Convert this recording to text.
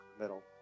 middle